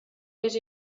més